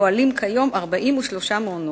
פועלים כיום 43 מעונות.